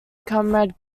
comrade